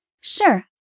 Sure